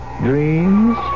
dreams